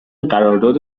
قرارداد